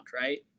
right